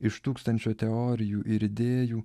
iš tūkstančio teorijų ir idėjų